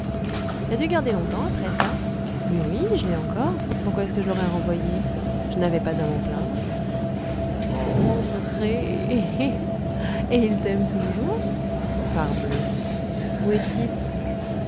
l'as-tu gardé longtemps après ça mais oui je l'ai encore pourquoi est-ce que je l'aurais renvoyé je n'avais pas à m'en plaindre oh andrée et il t'aime toujours parbleu où est-il